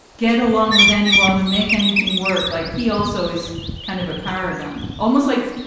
get along with anyone and make anything work. like, he also is kind of a paragon, almost like.